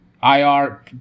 IR